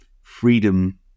freedom